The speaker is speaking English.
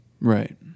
Right